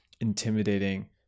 intimidating